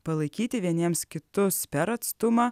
palaikyti vieniems kitus per atstumą